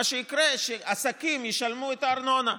מה שיקרה זה שעסקים ישלמו את הארנונה,